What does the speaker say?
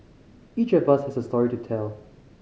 each of us has a story to tell